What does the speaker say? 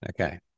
Okay